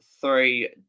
three